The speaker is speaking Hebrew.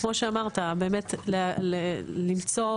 כמו שאמרת, למצוא